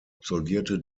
absolvierte